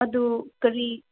ꯑꯗꯨ ꯀꯔꯤ